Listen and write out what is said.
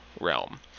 realm